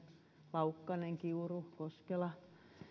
laukkanen kiuru koskela